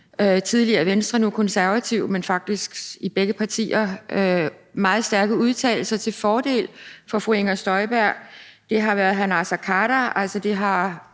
tidligere Venstre, nu Konservative, men faktisk i begge partier, altså meget stærke udtalelser til fordel for fru Inger Støjberg. Det har der været fra hr. Naser Khader. Det har